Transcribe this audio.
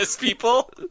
people